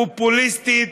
פופוליסטית,